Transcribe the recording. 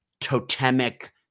totemic